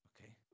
Okay